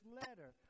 letter